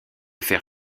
faire